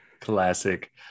Classic